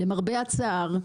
למרבה הצער,